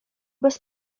bez